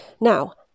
now